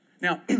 Now